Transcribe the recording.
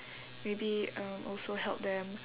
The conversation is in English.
maybe um also help them